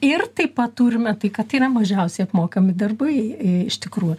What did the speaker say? ir taip pat turime tai kad tai yra mažiausiai apmokami darbai iš tikrųjų